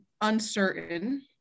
uncertain